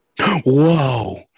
Whoa